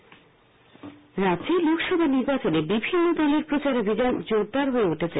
প্রচার রাজ্যে লোকসভা নির্বাচনে বিভিন্ন দলের প্রচারাভিযান জোরদার হয়ে উঠেছে